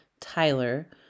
Tyler